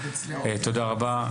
תודה רבה,